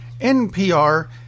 NPR